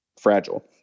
fragile